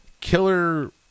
Killer